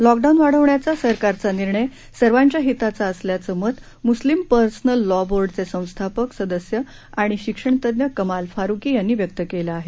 lockdown वाढवण्याचा सरकारचा निर्णय सर्वांच्या हिताचा असल्याचं मत मुस्लिम पर्सनल लॉ बोर्डाचे संस्थापक सदस्य आणि शिक्षणतज्ञ कमाल फारुकी यांनी व्यक्त केलं आहे